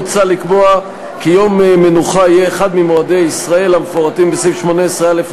מוצע לקבוע כי יום מנוחה יהיה אחד ממועדי ישראל המפורטים בסעיף 18א(א)